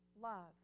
love